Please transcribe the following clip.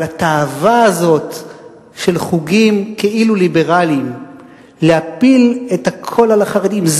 אבל התאווה הזאת של חוגים כאילו-ליברליים להפיל את הכול על החרדים,